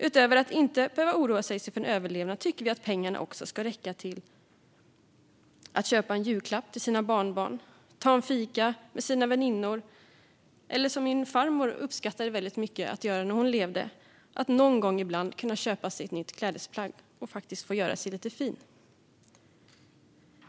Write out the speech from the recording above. Utöver att man inte ska behöva oroa sig för sin överlevnad tycker vi att pengarna också ska räcka till att köpa en julklapp till sina barnbarn, ta en fika med sina väninnor eller - vilket min farmor uppskattade väldigt mycket att göra när hon levde - någon gång ibland kunna köpa sig ett nytt klädesplagg och faktiskt få göra sig lite fin.